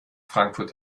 frankfurt